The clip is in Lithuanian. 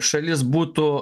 šalis būtų